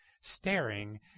staring